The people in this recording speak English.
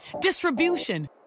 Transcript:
distribution